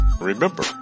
remember